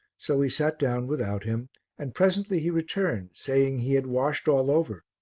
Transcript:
so we sat down without him and presently he returned saying he had washed all over,